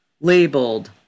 labeled